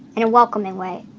and a welcoming way.